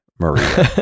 Maria